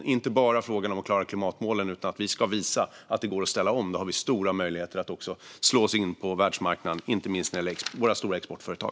Det är inte bara fråga om att klara klimatmålen, utan vi ska visa att det går att ställa om. Då har vi stora möjligheter att slå oss in på världsmarknaden, inte minst när det gäller våra stora exportföretag.